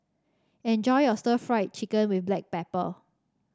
enjoy your stir Fry Chicken with Black Pepper